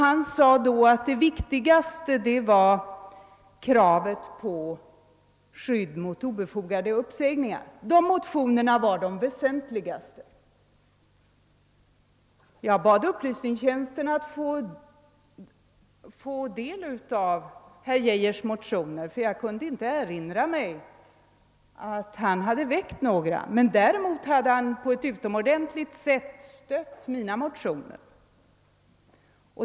Han sade då, att det viktigaste var motionerna med krav på skydd mot obefogade upp sägningar. Jag bad riksdagens upplysningstjänst att skaffa mig dessa herr Geijers motioner, ty jag kunde inte erinra mig att han hade väckt några sådana motioner. Däremot hade han på ett utomordentligt sätt stött mina motioner.